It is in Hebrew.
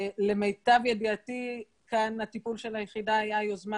למיטב ידיעתי כאן הטיפול של היחידה היה יוזמה